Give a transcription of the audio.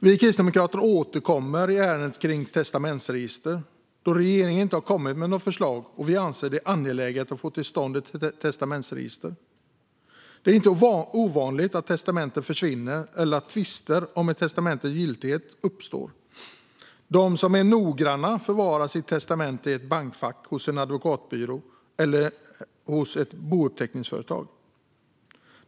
Vi kristdemokrater återkommer i ärendet om testamentsregister, då regeringen inte har kommit med något förslag och vi anser att det är angeläget att få till stånd ett testamentsregister. Det är inte ovanligt att testamenten försvinner eller att tvister om ett testamentes giltighet uppstår. De som är noggranna förvarar sitt testamente i ett bankfack, hos en advokatbyrå eller hos ett bouppteckningsföretag.